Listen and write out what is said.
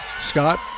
Scott